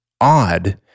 odd